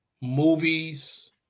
movies